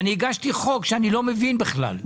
ואני הגשתי חוק שאני לא מבין בכלל.